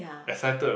ya